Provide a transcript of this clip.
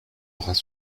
bras